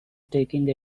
taking